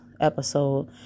episode